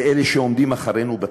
לאלה שעומדים אחרינו בתור,